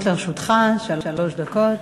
לרשותך שלוש דקות.